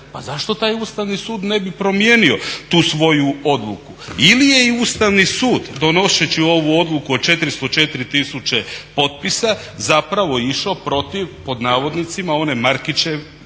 Pa zašto taj Ustavni sud ne bi promijenio tu svoju odluku. Ili je i Ustavni sud donoseći ovu odluku o 404 tisuće potpisa zapravo išao protiv pod navodnicima one "Markićeve